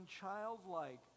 childlike